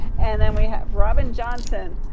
and then we have robin johnson.